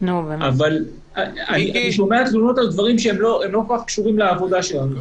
אבל אני שומע על תלונות על דברים שלא כל כך קשורים לעבודה שלנו.